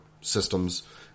systems